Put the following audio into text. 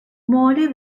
morley